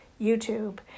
YouTube